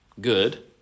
good